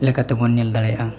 ᱞᱮᱠᱟ ᱛᱮᱵᱚᱱ ᱧᱮᱞ ᱫᱟᱲᱮᱭᱟᱜᱼᱟ